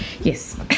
yes